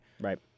Right